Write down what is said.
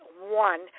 One